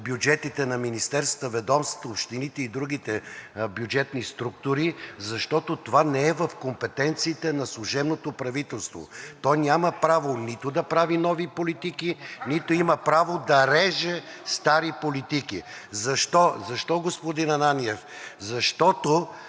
бюджетите на министерствата, ведомствата, общините и другите бюджетни структури, защото това не е в компетенциите на служебното правителство. То няма право нито да прави нови политики, нито има право да реже стари политики. НАСТИМИР АНАНИЕВ (Продължаваме